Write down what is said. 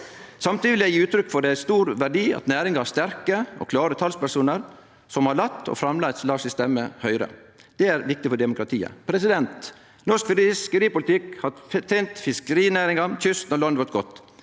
Samtidig vil eg gje uttrykk for at det er ein stor verdi at næringa har sterke og klare talspersonar som har late – og framleis lèt – si stemme høyre. Det er viktig for demokratiet. Norsk fiskeripolitikk har tent fiskerinæringa, kysten og landet vårt godt.